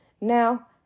Now